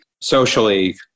socially